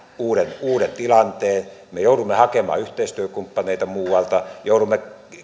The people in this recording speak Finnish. uuden tilanteen me joudumme hakemaan yhteistyökumppaneita muualta joudumme